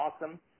awesome